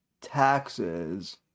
Taxes